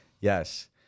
yes